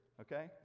okay